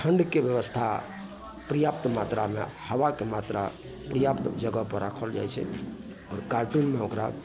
ठंडके बेबस्था पर्याप्त मात्रामे हबाके मात्रा पर्याप्त जगह पर राखल जाइत छै आओर कार्टूनमे ओकरा